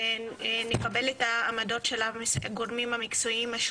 החל מהערכת מסוכנות וכלה בניסיון מקצועי,